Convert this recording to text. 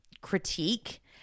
critique